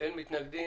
מצד אחד,